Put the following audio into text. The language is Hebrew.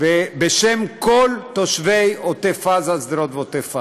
בשם כל תושבי שדרות ועוטף עזה.